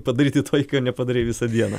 padaryti tai ko nepadarei visą dieną